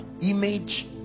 image